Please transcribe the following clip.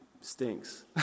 stinks